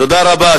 תודה רבה.